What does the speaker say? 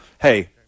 hey